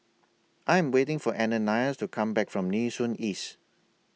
I Am waiting For Ananias to Come Back from Nee Soon East